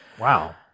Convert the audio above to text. Wow